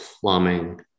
plumbing